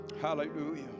hallelujah